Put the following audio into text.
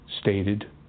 stated